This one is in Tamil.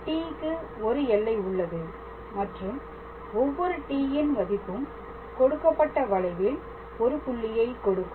t க்கு ஒரு எல்லை உள்ளது மற்றும் ஒவ்வொரு t ன் மதிப்பும் கொடுக்கப்பட்ட வளைவில் ஒரு புள்ளியை கொடுக்கும்